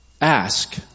ask